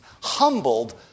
humbled